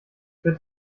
wird